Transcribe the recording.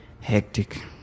hectic